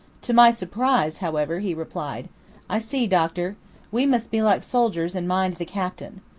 to my surprise, however, he replied i see, doctor we must be like soldiers and mind the captain.